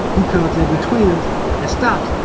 he comes in between us and stops it.